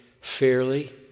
fairly